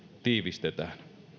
tiivistetään